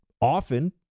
often